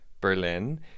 Berlin